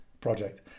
project